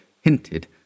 hinted